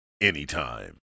anytime